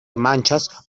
manchas